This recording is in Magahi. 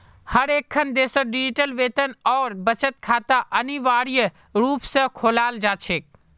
हर एकखन देशत डिजिटल वेतन और बचत खाता अनिवार्य रूप से खोलाल जा छेक